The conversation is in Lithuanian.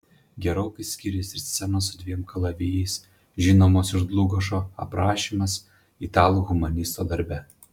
gerokai skiriasi ir scenos su dviem kalavijais žinomos iš dlugošo aprašymas italų humanisto darbe